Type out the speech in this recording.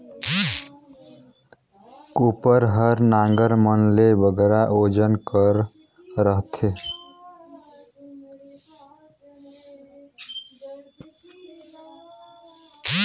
कोपर हर नांगर मन ले बगरा ओजन कर रहथे